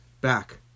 back